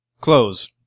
Close